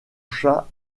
chat